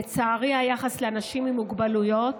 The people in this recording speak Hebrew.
לצערי, היחס לאנשים עם מוגבלויות